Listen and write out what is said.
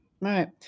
Right